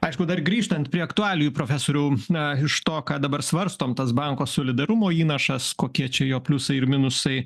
aišku dar grįžtant prie aktualijų profesoriau na iš to ką dabar svarstom tas banko solidarumo įnašas kokie čia jo pliusai ir minusai